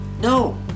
No